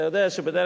אתה יודע.